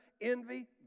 envy